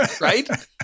Right